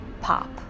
pop